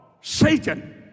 Satan